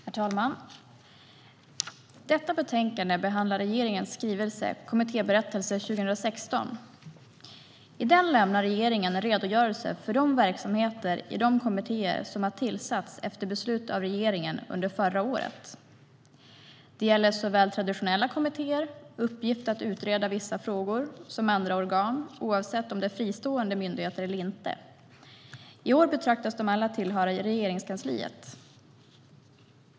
Herr talman! I detta betänkande behandlas regeringens skrivelse Kommittéberättelse 2016 . I den lämnar regeringen en redogörelse för verksamheterna i de kommittéer som har tillsatts efter beslut av regeringen under förra året. Det gäller såväl traditionella kommittéer med uppgift att utreda vissa frågor som andra organ, oavsett om de är fristående myndigheter eller inte. I år betraktas de alla tillhöra Regeringskansliet.